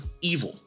evil